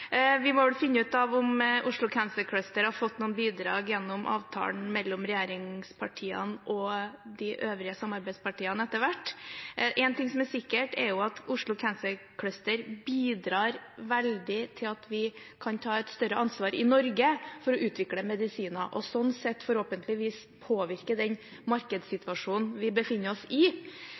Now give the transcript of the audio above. Vi må vel finne ut av om Oslo Cancer Cluster har fått noen bidrag gjennom avtalen mellom regjeringspartiene og de øvrige samarbeidspartiene, etter hvert. En ting som er sikkert, er at Oslo Cancer Cluster bidrar veldig til at vi kan ta et større ansvar i Norge for å utvikle medisiner, og slik sett forhåpentligvis påvirke den markedssituasjonen vi befinner oss i.